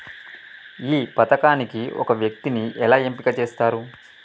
ఈ పథకానికి ఒక వ్యక్తిని ఎలా ఎంపిక చేస్తారు?